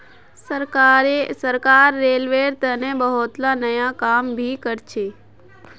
सरकार रेलवेर तने बहुतला नया काम भी करछ